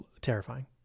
terrifying